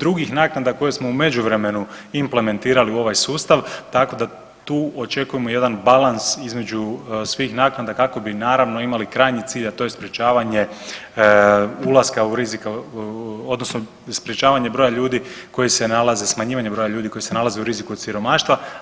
drugih naknada koje smo u međuvremenu implementirali u ovaj sustav, tako da tu očekujemo jedan balans između svih naknada, kako bi naravno, imali krajnji cilj, a to je sprječavanje ulaska u rizik odnosno sprječavanje broja ljudi koji se nalaze, smanjivanje broja ljudi koji se nalaze u riziku od siromaštva.